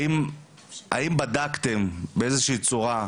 האם בדקתם באיזושהי צורה,